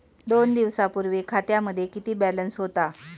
दोन दिवसांपूर्वी खात्यामध्ये किती बॅलन्स होता?